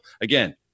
Again